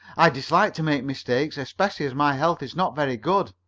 i dislike to make mistakes, especially as my health is not very good.